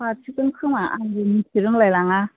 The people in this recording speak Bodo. बारसिगोन खोमा आंबो मिथि रोंलाय लाङा